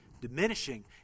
diminishing